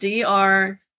Dr